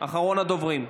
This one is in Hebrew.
אחרון הדוברים.